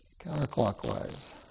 counterclockwise